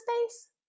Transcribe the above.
space